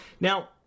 Now